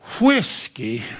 whiskey